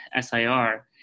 SIR